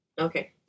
okay